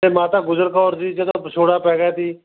ਅਤੇ ਮਾਤਾ ਗੁਜਰ ਕੌਰ ਜੀ ਜਦੋਂ ਵਿਛੋੜਾ ਪੈ ਗਿਆ ਸੀ